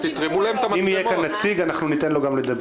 אם יהיה פה נציג, ניתן לו לדבר.